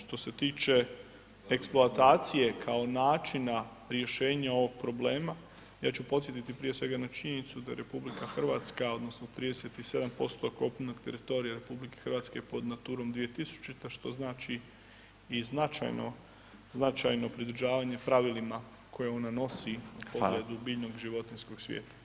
Što se tiče eksploatacije kao načina rješenja ovog problema ja ću podsjetiti prije svega na činjenicu da RH odnosno 37% kopnenog teritorija RH je pod Naturom 2000 što znači i značajno pridržavanje pravilima koje ona nosi [[Upadica: Hvala.]] u pogledu biljnog i životinjskog svijeta.